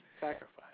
Sacrifice